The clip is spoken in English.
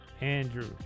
Andrew